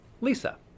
Lisa